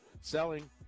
Selling